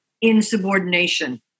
insubordination